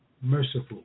merciful